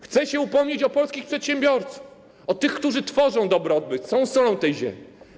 Chcę się upomnieć o polskich przedsiębiorców, o tych, którzy tworzą dobrobyt, są solą tej ziemi.